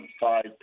five